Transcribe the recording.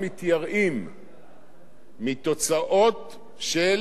מתוצאות של פתרון שייכפה עלינו,